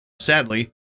sadly